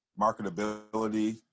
marketability